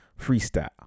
freestyle